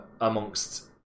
amongst